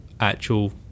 actual